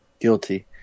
Guilty